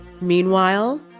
Meanwhile